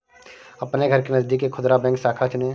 अपने घर के नजदीक एक खुदरा बैंक शाखा चुनें